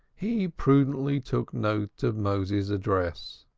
he prudently took note of moses's address.